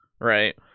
right